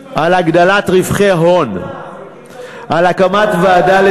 הוא גם הקים את ועדת ששינסקי.